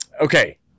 Okay